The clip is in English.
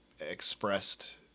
expressed